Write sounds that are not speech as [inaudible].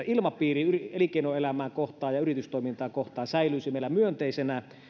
[unintelligible] ilmapiiri elinkeinoelämää kohtaan ja yritystoimintaa kohtaan säilyisi meillä myönteisenä ja